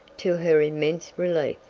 to her immense relief.